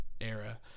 era